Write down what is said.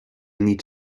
need